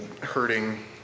hurting